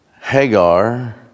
Hagar